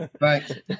Right